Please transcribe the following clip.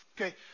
Okay